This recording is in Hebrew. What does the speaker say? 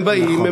הם באים,